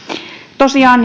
tosiaan